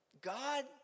God